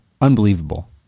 unbelievable